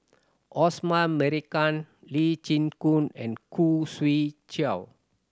Osman Merican Lee Chin Koon and Khoo Swee Chiow